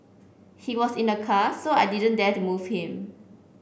he was in a car so I didn't dare to move him